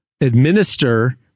administer